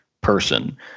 person